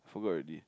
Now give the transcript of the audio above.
forgot already